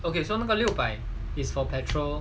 okay so 那个六百 is for petrol